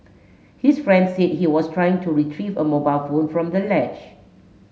his friend said he was trying to retrieve a mobile phone from the ledge